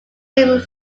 named